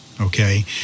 okay